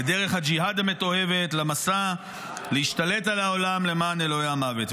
ודרך הג'יהאד המתועבת למסע להשתלט על העולם למען אלוהי המוות.